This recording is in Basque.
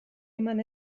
eman